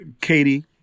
Katie